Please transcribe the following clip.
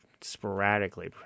sporadically